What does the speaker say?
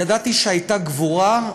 ידעתי שהייתה גבורה,